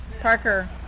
Parker